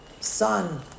son